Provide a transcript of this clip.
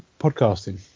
podcasting